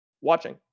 watching